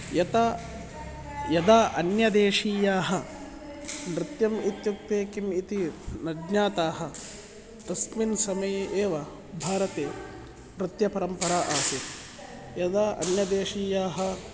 यतः यदा अन्यदेशीयाः नृत्यम् इत्युक्ते किम् इति न ज्ञाताः तस्मिन् समये एव भारते नृत्यपरम्परा आसीत् यदा अन्यदेशीयाः